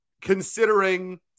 considering